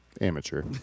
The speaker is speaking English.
amateur